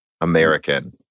American